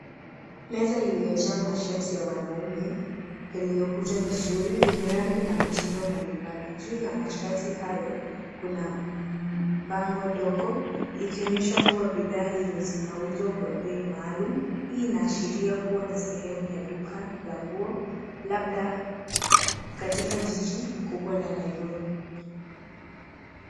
Meza iliyojaa mashati ya wanaume yaliyokunja vizuri yenye rangi na mtindo mbalimbali. Juu ya mashati hayo kuna bango dogo likionyesha kuwa bidhaa hizo zinauzwa kwa bei maalumu. Hii inaashiria kuwa ni sehemu ya duka la nguo labda katika jiji kubwa la Nairobi.